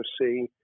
see